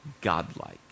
godlike